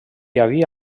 havia